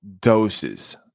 doses